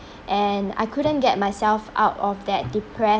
and I couldn't get myself out of that depres~